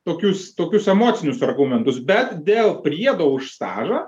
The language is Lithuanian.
tokius tokius emocinius argumentus bet dėl priedo už stažą